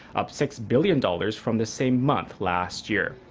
up six billion dollars from the same month last year.